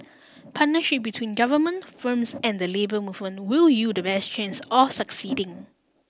partnership between Government firms and the labour movement will yield the best chance of succeeding